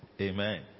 Amen